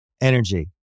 energy